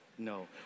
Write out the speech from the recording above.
No